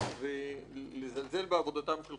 ולזלזל בעבודת חברי הכנסת.